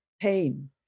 pain